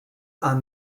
are